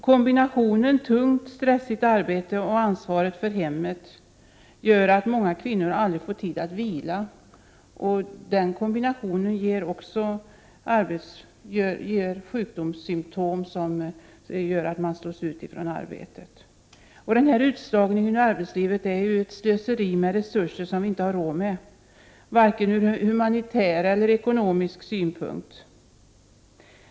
Kombinationen tungt, stressigt arbete och ansvaret för hemmet gör att många kvinnor aldrig får tid att vila. Den kombinationen ger sjukdomssymptom som leder till att man slås ut från arbetet. Denna utslagning ur arbetslivet är ett slöseri med resurser som vi inte har råd med vare sig från humanitär eller ekonomisk synpunkt.